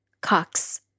Cox